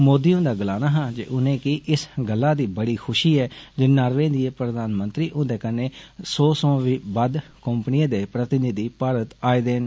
मोदी हुन्दा गलाना हा जे उनेंगी इस गल्ला दी बड़ी खुषी ऐ जे नारवे दिएं प्रधानमंत्री हुन्दे कन्नै सौ सोयां बी बद्द कम्पनिएं दे प्रतिनिधी भारत आए दे न